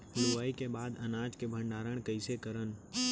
लुवाई के बाद अनाज मन के भंडारण कईसे करन?